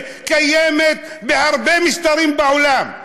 שקיימת בהרבה משטרים בעולם,